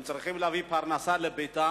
הם צריכים להביא פרנסה לביתם.